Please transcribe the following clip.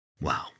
Wow